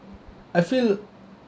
I feel